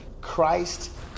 Christ